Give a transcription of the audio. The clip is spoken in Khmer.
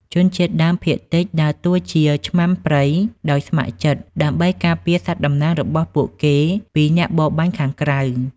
ជនជាតិដើមភាគតិចដើរតួជា "ឆ្មាំព្រៃ" ដោយស្ម័គ្រចិត្ត ដើម្បីការពារសត្វតំណាងរបស់ពួកគេពីអ្នកបរបាញ់ខាងក្រៅ។